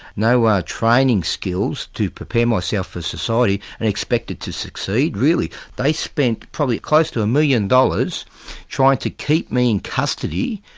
no ah training skills to prepare myself for society, and expected to succeed, really, they spent probably close to one million dollars trying to keep me in custody,